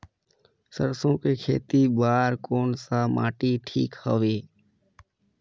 सरसो के खेती बार कोन सा माटी ठीक हवे?